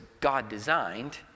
God-designed